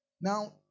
Now